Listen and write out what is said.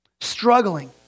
struggling